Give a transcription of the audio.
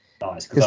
Nice